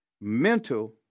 mental